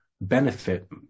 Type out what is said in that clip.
benefit